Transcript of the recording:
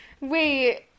Wait